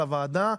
לוועדה.